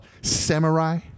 Samurai